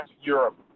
Europe